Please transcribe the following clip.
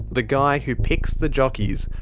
the guy who picks the jockeys,